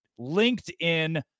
LinkedIn